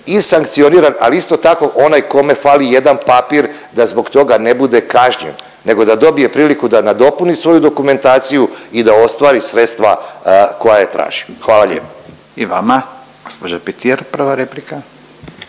i sankcioniran, ali isto tako onaj kome fali jedan papir da zbog toga ne bude kažnjen nego da dobije priliku da nadopuni svoju dokumentaciju i da ostvari sredstva koja je tražio. Hvala lijepo. **Radin, Furio